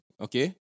Okay